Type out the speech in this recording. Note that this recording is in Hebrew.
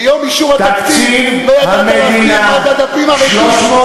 ביום אישור התקציב לא ידעת מה זה הדפים הריקים.